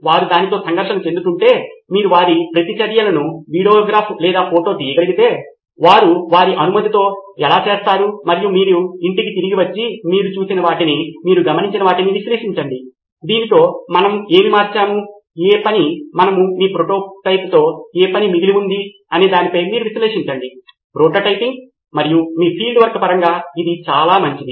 వారు దానితో సంకర్షణ చెందుతుంటే మీరు వారి ప్రతిచర్యలను వీడియోగ్రాఫ్ లేదా ఫోటో తీయగలిగితే వారు వారి అనుమతితో ఎలా చేస్తారు మరియు మీరు ఇంటికి తిరిగి వచ్చి మీరు చూసిన వాటిని మీరు గమనించిన వాటిని విశ్లేషించండి దీనిలో మనము ఏమి మార్చాము ఏ పని మరియు మీ ప్రోటోటైప్తో ఏ పని మిగిలి వుంది అనే దానిపై మీరు విశ్లేషించండి ప్రోటోటైపింగ్ మరియు మీ ఫీల్డ్ వర్క్ పరంగా ఇది చాలా మంచిది